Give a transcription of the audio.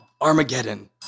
Armageddon